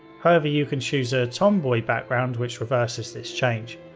however, you can choose a tomboy background which reverses this change.